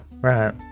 right